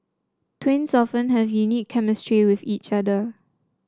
twins often have a unique chemistry with each other